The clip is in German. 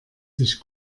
sich